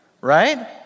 Right